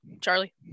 Charlie